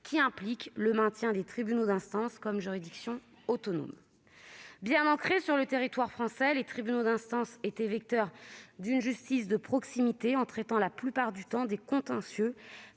qui implique le maintien des tribunaux d'instance comme juridictions autonomes. Bien ancrés sur le territoire français, les tribunaux d'instance étaient vecteurs d'une justice de proximité. Ils traitaient la plupart du temps des contentieux